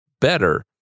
better